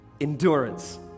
endurance